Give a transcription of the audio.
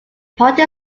party